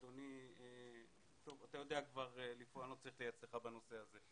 אתה יודע איך לפעול ואני לא צריך לייעץ לך בנושא הזה.